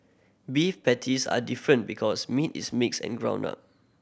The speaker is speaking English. beef patties are different because meat is mixed and ground up